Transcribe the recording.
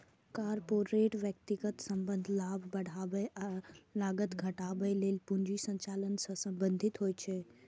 corporate वित्तक संबंध लाभ बढ़ाबै आ लागत घटाबै लेल पूंजी संचालन सं संबंधित होइ छै